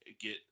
get